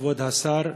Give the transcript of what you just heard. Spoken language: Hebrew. כבוד השר,